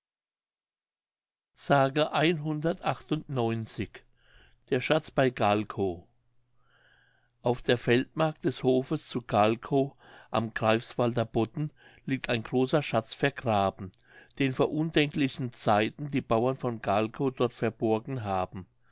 der schatz bei gahlkow auf der feldmark des hofes zu gahlkow am greifswalder bodden liegt ein großer schatz vergraben den vor undenklichen zeiten die bauern von gahlkow dort verborgen haben